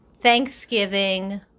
Thanksgiving